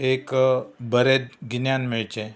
एक बरें गिन्यान मेळचें